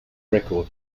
record